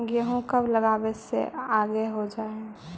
गेहूं कब लगावे से आगे हो जाई?